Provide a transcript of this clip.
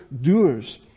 doers